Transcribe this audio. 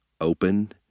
open